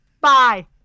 bye